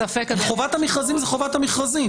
חובת המכרזים זאת חובת המכרזים.